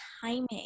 timing